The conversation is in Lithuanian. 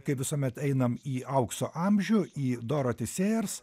kaip visuomet einam į aukso amžių į doroti sėjers